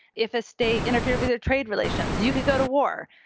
if a state interfered with a trade relations, you could go to war.